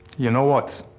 you know what?